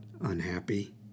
unhappy